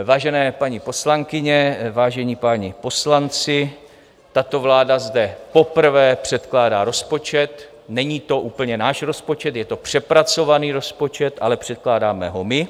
Vážené paní poslankyně, vážení páni poslanci, tato vláda zde poprvé předkládá rozpočet, není to úplně náš rozpočet, je to přepracovaný rozpočet, ale předkládáme ho my.